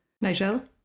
Nigel